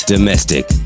Domestic